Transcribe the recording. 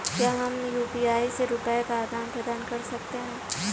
क्या हम यू.पी.आई से रुपये का आदान प्रदान कर सकते हैं?